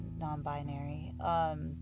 non-binary